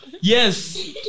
Yes